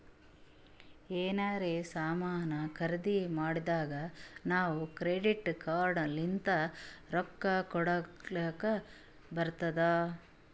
ಎನಾರೇ ಸಾಮಾನ್ ಖರ್ದಿ ಮಾಡ್ದಾಗ್ ನಾವ್ ಕ್ರೆಡಿಟ್ ಕಾರ್ಡ್ ಲಿಂತ್ ರೊಕ್ಕಾ ಕೊಡ್ಲಕ್ ಬರ್ತುದ್